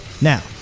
Now